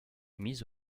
mise